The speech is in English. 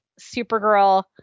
Supergirl